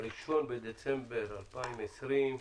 היום ה-1 בדצמבר 2020,